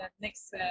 next